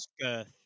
girth